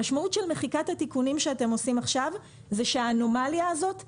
המשמעות של מחיקת התיקונים שאתם עושים עכשיו היא שהאנומליה הזאת נשארת.